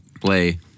play